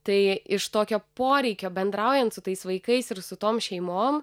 tai iš tokio poreikio bendraujant su tais vaikais ir su tom šeimom